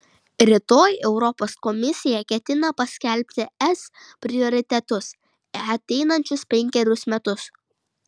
rytoj europos komisija ketina paskelbti es prioritetus ateinančius penkerius metus